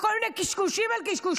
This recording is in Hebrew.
וכל מיני קשקושים על קשקושים.